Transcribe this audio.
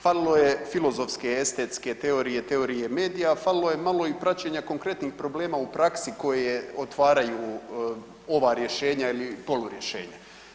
Falilo je filozofske, estetske teorije, teorije medija, falilo je malo i praćenja konkretnih problema u praksi koje otvaraju ova rješenja ili polu rješenja.